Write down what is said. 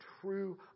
true